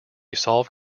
solve